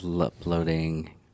uploading